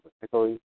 particularly